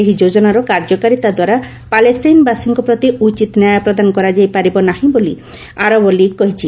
ଏହି ଯୋଜନାର କାର୍ଯ୍ୟକାରିତାଦ୍ୱାରା ପାଲେଷ୍ଟାଇନ୍ବାସୀଙ୍କ ପ୍ରତି ଉଚିତ ନ୍ୟାୟ ପ୍ରଦାନ କରାଯାଇପାରିବ ନାହିଁ ବୋଲି ଆରବ ଲିଗ୍ କହିଛି